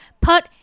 put